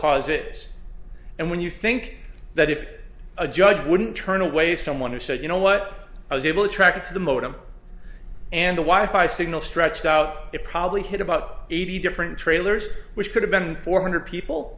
because it is and when you think that if a judge wouldn't turn away someone who said you know what i was able to track into the modem and the wife i signal stretched out it probably hit about eighty different trailers which could have been four hundred people